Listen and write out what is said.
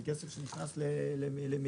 זה כסף שנכנס למדינה.